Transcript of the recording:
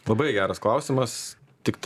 labai geras klausimas tiktai